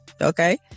Okay